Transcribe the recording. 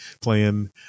playing